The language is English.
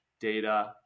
data